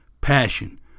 Passion